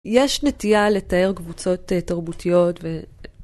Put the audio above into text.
יש נטייה לתאר קבוצות אה.. תרבותיות ו...